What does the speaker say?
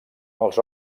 els